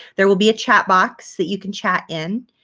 there will be a chat box that you can chat in